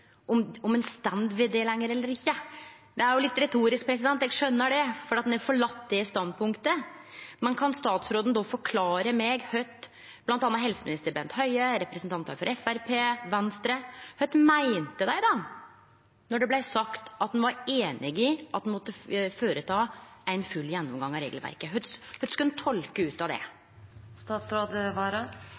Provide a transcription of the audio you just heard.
eller ikkje. Det er jo litt retorisk – eg skjønar det – fordi me har forlate det standpunktet. Men kan statsråden forklare meg kva bl.a. helseminister Bent Høie og representantar for Framstegspartiet og for Venstre meinte då det blei sagt at ein var einig i at ein måtte ha ein full gjennomgang av regelverket? Kva skal ein tolke ut av det?